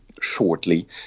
shortly